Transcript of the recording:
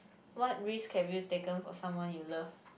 what risk have you taken for someone you love